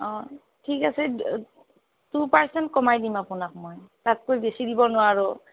অ' ঠিক আছে two percent কমাই দিম আপোনাক মই তাতকৈ বেছি দিব নোৱাৰোঁ